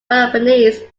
peloponnese